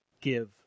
give